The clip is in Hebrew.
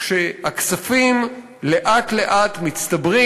כשהכספים לאט-לאט מצטברים,